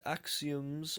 axioms